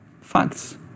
Facts